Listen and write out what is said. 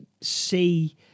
see